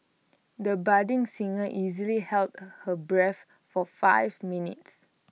the budding singer easily held her breath for five minutes